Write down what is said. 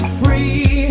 free